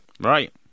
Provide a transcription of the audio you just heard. right